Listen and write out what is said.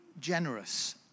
generous